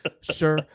Sir